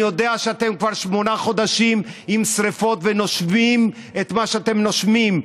אני יודע שאתם כבר שמונה חודשים עם שרפות ונושמים את מה שאתם נושמים.